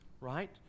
right